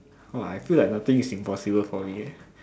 oh I feel like nothing is impossible for me leh